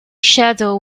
shadow